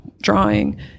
drawing